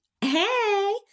hey